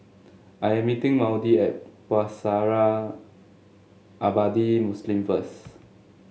I am meeting Maudie at Pusara Abadi Muslim first